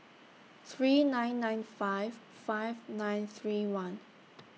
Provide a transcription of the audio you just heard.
three nine nine five five nine three one